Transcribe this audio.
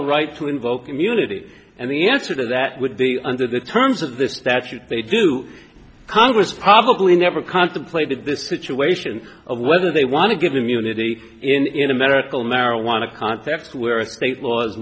the right to invoke immunity and the answer to that would be under the terms of the statute they do congress probably never contemplated the situation of whether they want to give immunity in american marijuana context where a state